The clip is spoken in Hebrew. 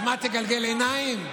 אז מה, תגלגל עיניים?